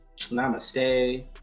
namaste